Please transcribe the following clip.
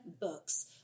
books